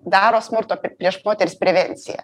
daro smurto prieš moteris prevenciją